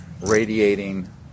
radiating